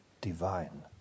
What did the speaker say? divine